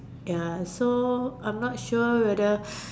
ya so I'm not sure whether